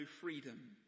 freedom